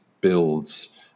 builds